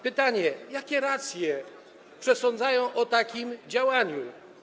Pytanie: Jakie racje przesądzają o takim działaniu?